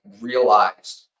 realized